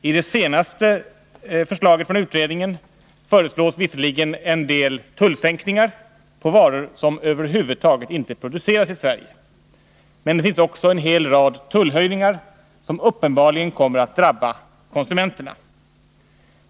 I den senaste promemorian från utredningen föreslås visserligen en del tullsänkningar på varor som över huvud taget inte produceras i Sverige, men det finns också förslag om en hel rad tullhöjningar, vilka uppenbarligen kommer att drabba konsumenterna.